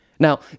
Now